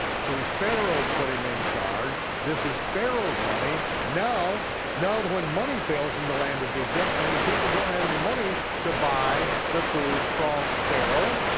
see, pharaoh put him in charge, this is pharaoh's money, now now when money fails in the land of egypt and the people don't have any money to buy the food from pharaoh,